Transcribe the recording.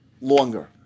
longer